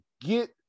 get